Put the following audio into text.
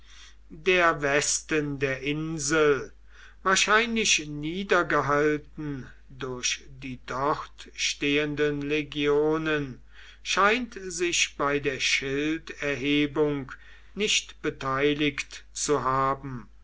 der westen der insel wahrscheinlich niedergehalten durch die dort stehenden legionen scheint sich bei der schilderhebung nicht beteiligt zu haben